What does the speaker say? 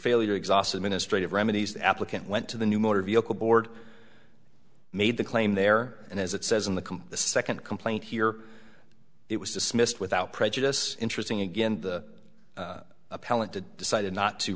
failure exhaust administrative remedies applicant went to the new motor vehicle board made the claim there and as it says in the complaint second complaint here it was dismissed without prejudice interesting again the appellant did decided not to